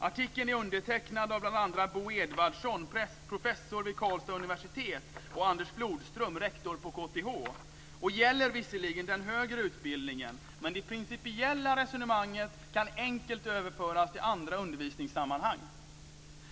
Artikeln är undertecknad av bl.a. Bo Edvardsson, professor vid Karlstads universitet, och Anders Flodström, rektor på KTH, och gäller visserligen den högre utbildningen, men det principiella resonemanget kan enkelt överföras till andra undervisningssammanhang.